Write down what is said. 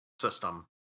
system